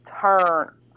turn